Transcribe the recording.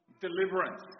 deliverance